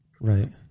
Right